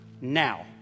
now